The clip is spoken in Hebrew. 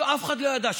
אף אחד לא ידע.